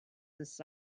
this